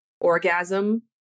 orgasm